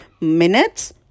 minutes